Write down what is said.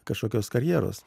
kažkokios karjeros